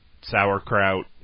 sauerkraut